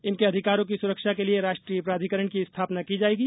इनके अधिकारों की सुरक्षा के लिए राष्ट्रीय प्राधिकरण की स्थापना की जाएगी